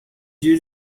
dias